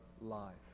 life